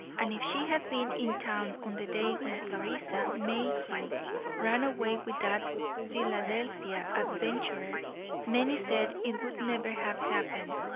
and if she had been in town on the day when clarissa mayhew ran away with that philadelphia adventurer many said it would never have happened,